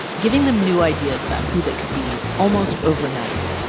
giving them new ideas about who they could be almost overnight.